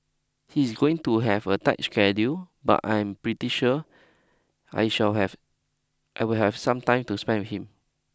he's going to have a tight schedule but I'm pretty sure I shall have I will have some time to spend with him